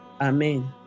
Amen